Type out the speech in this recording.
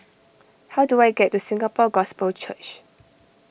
how do I get to Singapore Gospel Church